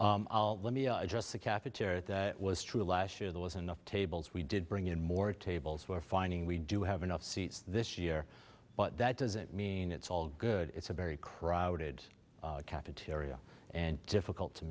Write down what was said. yes let me just say cafeteria that was true last year there was enough tables we did bring in more tables we're finding we do have enough seats this year but that doesn't mean it's all good it's a very crowded cafeteria and difficult to